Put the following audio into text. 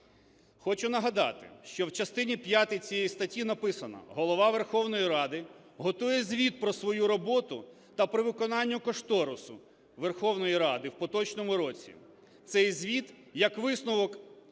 Хочу нагадати, що в частині п'ятій цієї статті написано: "Голова Верховної Ради готує звіт про свою роботу та про виконання кошторису Верховної Ради в поточному році.